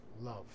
love